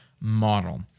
model